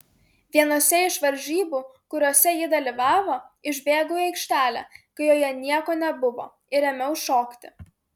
vienose iš varžybų kuriose ji dalyvavo išbėgau į aikštelę kai joje nieko nebuvo ir ėmiau šokti